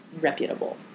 reputable